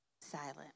silent